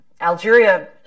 Algeria